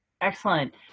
Excellent